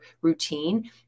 routine